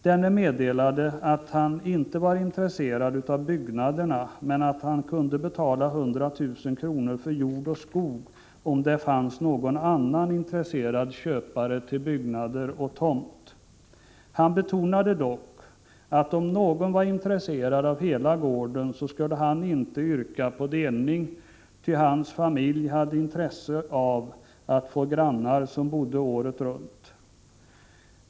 Denne meddelade att han inte var intresserad av byggnaderna, men att han kunde betala 100 000 kr. för jord och skog, om det fanns någon annan intresserad köpare till byggnader och tomt. Han betonade dock, att om någon var intresserad av hela gården skulle han inte yrka på delning, ty hans familj hade intresse av att få grannar som bodde året runt.